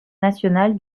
national